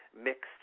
mixed